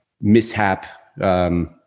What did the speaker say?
mishap